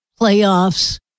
playoffs